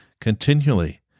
continually